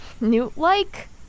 newt-like